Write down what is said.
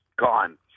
Gone